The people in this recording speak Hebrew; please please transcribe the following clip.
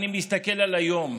אני מסתכל על היום,